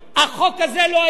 שלא תהיה טעות,